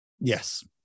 Yes